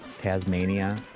Tasmania